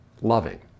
loving